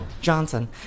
Johnson